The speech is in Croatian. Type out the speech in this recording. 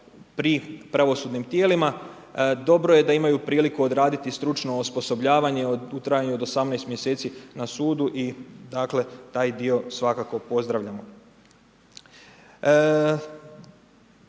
pri pravosudnim tijelima. Dobro je da imaju priliku odraditi stručno osposobljavanje u trajanju od 18 mj. na sudu i dakle, taj dio svakako pozdravljam.